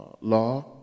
law